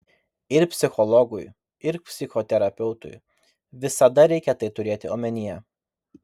ir psichologui ir psichoterapeutui visada reikia tai turėti omenyje